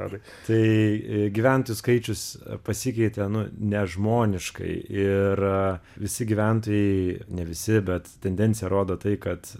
ar tai gyventojų skaičius pasikeitė nu nežmoniškai ir visi gyventojai ne visi bet tendencija rodo tai kad